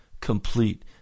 complete